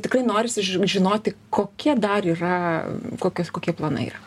tikrai norisi žinoti kokie dar yra kokius kokie planai yra